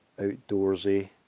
Outdoorsy